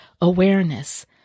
awareness